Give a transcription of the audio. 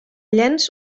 llenç